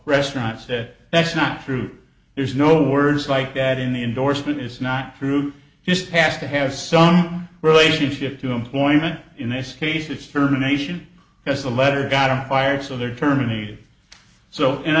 restaurant said that's not true there's no words like add in the endorsement is not true just passed to have some relationship to employment in this case it's terminations because the letter got him fired so there terminated so and